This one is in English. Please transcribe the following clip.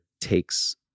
takes